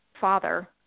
father